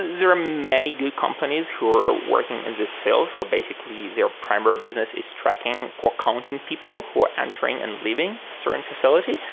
there are many good companies who are working in this field who are basically their primary business is tracking or counting people who are entering and leaving a certain facility.